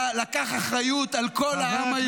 שלקח אחריות על כל העם היהודי,